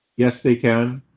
yes, they can